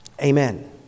Amen